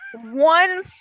one